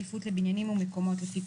ועדת העבודה והרווחה בנושא פרק